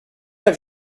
have